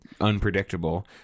unpredictable